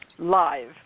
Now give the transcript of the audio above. Live